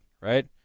right